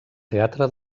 teatre